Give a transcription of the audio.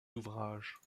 ouvrages